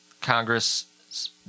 Congress